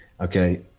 okay